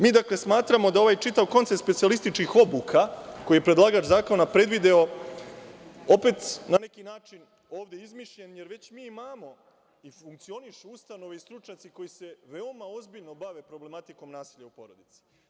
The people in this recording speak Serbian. Mi dakle smatramo da je ovaj čitav koncept specijalističkih obuka, koji je predlagač zakona predvideo, opet, na neki način, ovde izmišljen, jer mi već imamo i funkcionišu ustanove i stručnjaci koji se veoma ozbiljno bave problematikom nasilja u porodici.